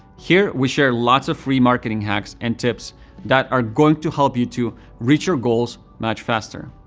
here we share lots of free marketing hacks and tips that are going to help you to reach your goals much faster.